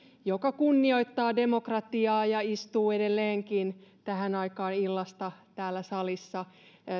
joka kunnioittaa demokratiaa ja istuu edelleenkin tähän aikaan illasta täällä salissa